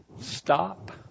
Stop